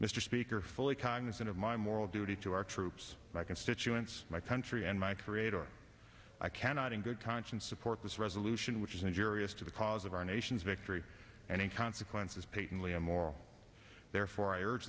mr speaker fully cognizant of my moral duty to our troops my constituents my country and my creator i cannot in good conscience support this resolution which is injurious to the cause of our nation's victory and in consequences patiently and more therefore i urge